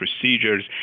procedures